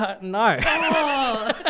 No